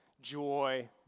joy